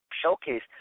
showcase